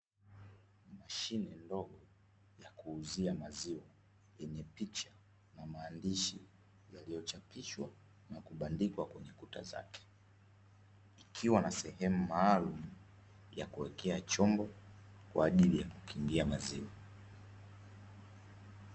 Mashine ndogo ya kuuzia maziwa yenye picha na maandishi yaliyochapishwa na kubandikwa kwenye kuta zake, ikiwa na sehemu maalumu ya kuwekea chombo kwa ajili ya kukingia maziwa.